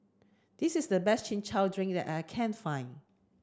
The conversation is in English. this is the best Chin Chow Drink that I can find